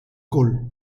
col